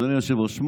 אדוני היושב-ראש.